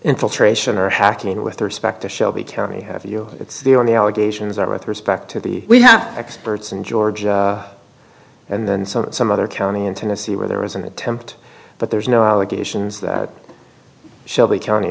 infiltration or hacking with respect to shelby county have you it's the only allegations are with respect to the we have experts in georgia and then sort of some other county in tennessee where there was an attempt but there's no allegations that shelby county